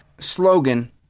slogan